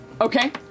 Okay